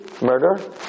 murder